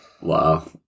Wow